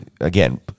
again